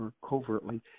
covertly